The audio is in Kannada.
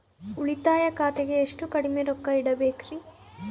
ಉಳಿತಾಯ ಖಾತೆಗೆ ಎಷ್ಟು ಕಡಿಮೆ ರೊಕ್ಕ ಇಡಬೇಕರಿ?